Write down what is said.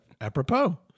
apropos